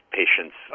patients